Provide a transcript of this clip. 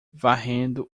varrendo